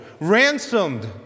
ransomed